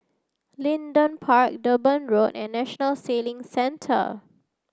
Leedon Park Durban Road and National Sailing Centre